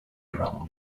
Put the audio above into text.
drum